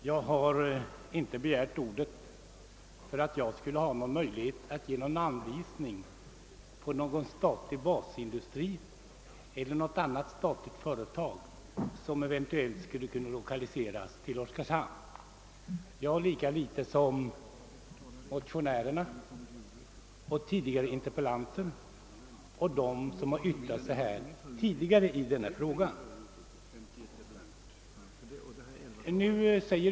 Jag har inte begärt ordet därför att jag anser mig ha möjlighet att ge någon anvisning om någon statlig basindustri eller annat statligt företag som eventuellt skulle kunna lokaliseras till Oskarshamn — jag kan lika litet göra detta som motionärerna, den tidigare interpellanten och andra som har yttrat sig i frågan.